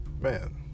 Man